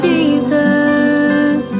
Jesus